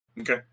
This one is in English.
Okay